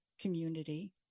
community